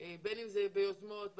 בין אם אלה יוזמות,